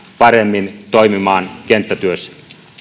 paremmin toimimaan kenttätyössä